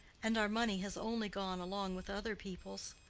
and our money has only gone along with other people's.